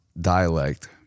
dialect